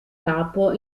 capo